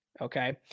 Okay